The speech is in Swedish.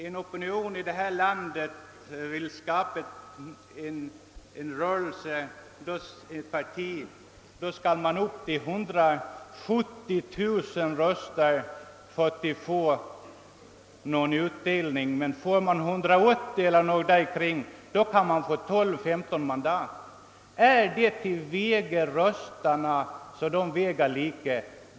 En opinion i detta land måste vinna 170 000 röster för att få någon utdelning i form av mandat, men får man t.ex. 180 000 röster kan man få 12—15 mandat. är det att låta varje röst väga lika tungt?